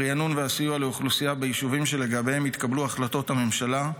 הריענון והסיוע לאוכלוסייה ביישובים שלגביהם התקבלו החלטות הממשלה,